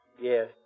Yes